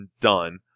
done